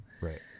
Right